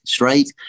right